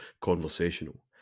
conversational